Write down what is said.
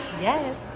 Yes